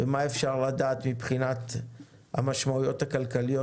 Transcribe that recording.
ומה בכל זאת אפשר לדעת מבחינת המשמעויות הכלכליות